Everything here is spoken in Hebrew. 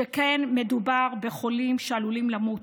שכן מדובר בחולים שעלולים למות,